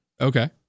Okay